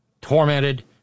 tormented